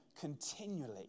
continually